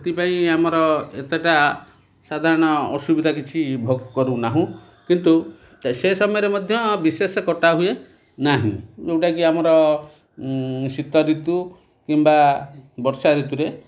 ସେଥିପାଇଁ ଆମର ଏତେଟା ସାଧାରଣ ଅସୁବିଧା କିଛି ଭୋଗ କରୁନାହୁଁ କିନ୍ତୁ ସେ ସମୟରେ ମଧ୍ୟ ବିଶେଷ କଟା ହୁଏ ନାହିଁ ଯେଉଁଟାକି ଆମର ଶୀତ ଋତୁ କିମ୍ବା ବର୍ଷା ଋତୁରେ